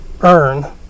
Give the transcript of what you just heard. earn